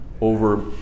over